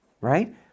Right